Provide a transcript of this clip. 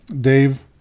Dave